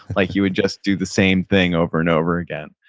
like you would just do the same thing over and over again.